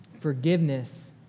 Forgiveness